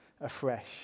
afresh